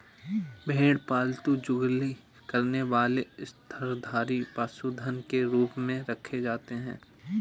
भेड़ पालतू जुगाली करने वाले स्तनधारी पशुधन के रूप में रखे जाते हैं